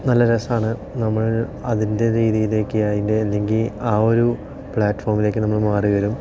നല്ല രസമാണ് നമ്മൾ അതിൻ്റെ രീതിയിലേക്ക് അതിൻ്റെ അല്ലെങ്കിൽ ആ ഒരു പ്ലാറ്റ്ഫോമിലേക്ക് നമ്മൾ മാറി വരും